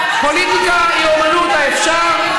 פוליטיקה היא אומנות האפשר,